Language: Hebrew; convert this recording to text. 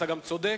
אתה צודק,